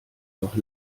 noch